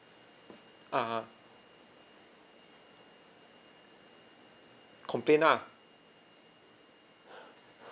(uh huh) complain lah